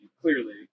clearly